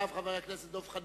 אחריו, חבר הכנסת דב חנין.